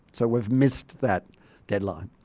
so we've missed that deadline.